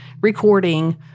recording